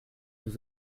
vous